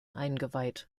eingeweiht